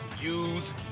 use